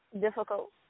difficult